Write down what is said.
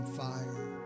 fire